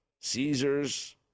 Caesars